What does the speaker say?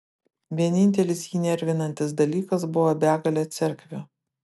vienintelis jį nervinantis dalykas buvo begalė cerkvių